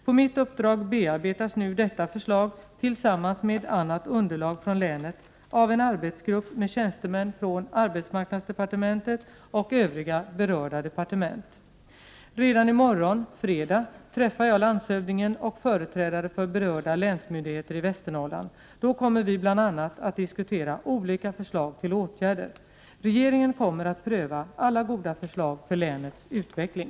På mitt uppdrag bearbetas nu detta förslag tillsammans med annat underlag från länet av en arbetsgrupp med tjänstemän från arbetsmarknadsdepartementet och övriga berörda departement. Redan i morgon, fredag, träffar jag landshövdingen och företrädare för berörda länsmyndigheter i Västernorrland. Då kommer vi bl.a. att diskutera olika förslag till åtgärder. Regeringen kommer att pröva alla goda förslag för länets utveckling.